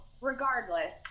Regardless